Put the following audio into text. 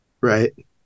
Right